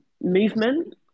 movement